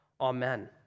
Amen